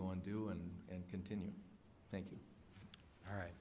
go and do and continue thinking all right